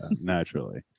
Naturally